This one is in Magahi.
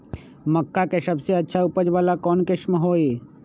मक्का के सबसे अच्छा उपज वाला कौन किस्म होई?